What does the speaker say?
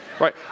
right